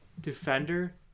defender